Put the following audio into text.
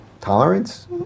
tolerance